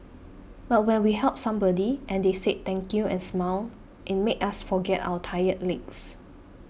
but when we helped somebody and they said thank you and smiled it made us forget our tired legs